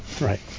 Right